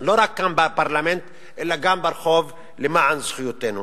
לא רק כאן, בפרלמנט, אלא גם ברחוב למען זכויותינו.